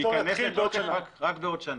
זה ייכנס לתוקף רק בעוד שנה.